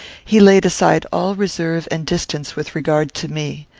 he laid aside all reserve and distance with regard to me.